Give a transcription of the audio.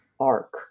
arc